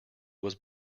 was